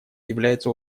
является